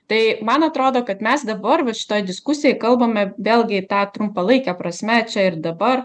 tai man atrodo kad mes dabar vat šitoj diskusijoj kalbame vėlgi ta trumpalaike prasme čia ir dabar